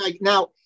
Now